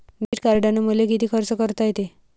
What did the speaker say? Debit कार्डानं मले किती खर्च करता येते?